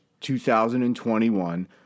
2021